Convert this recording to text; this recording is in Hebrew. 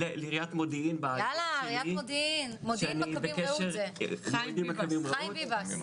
זאת אומרת שזה לא משהו חדש.